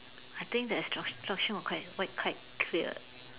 I think the instruction were quite quite clear